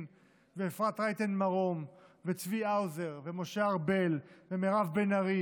ואפרת רייטן מרום וצבי האוזר ומשה ארבל ומירב בן ארי